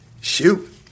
shoot